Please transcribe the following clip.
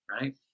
right